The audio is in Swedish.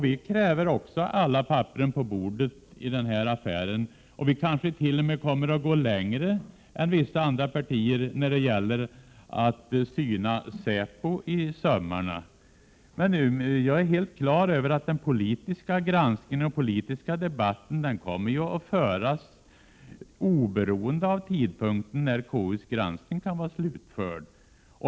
Vi kräver också alla papperen på bordet — och vi kanske t.o.m. kommer att gå längre än vissa andra partier när det gäller att syna säpo i sömmarna. Men jag är helt klar över att den politiska granskningen och den politiska debatten kommer att föras oberoende av tidpunkten när KU:s granskning kan vara slutförd.